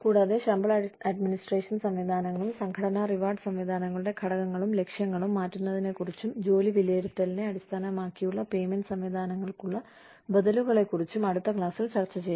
കൂടാതെ ശമ്പള അഡ്മിനിസ്ട്രേഷൻ സംവിധാനങ്ങളും സംഘടനാ റിവാർഡ് സംവിധാനങ്ങളുടെ ഘടകങ്ങളും ലക്ഷ്യങ്ങളും മാറ്റുന്നതിനെക്കുറിച്ചും ജോലി വിലയിരുത്തലിനെ അടിസ്ഥാനമാക്കിയുള്ള പേയ്മെന്റ് സംവിധാനങ്ങൾക്കുള്ള ബദലുകളെക്കുറിച്ചും അടുത്ത ക്ലാസിൽ ചർച്ച ചെയ്യും